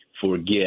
forget